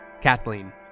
Kathleen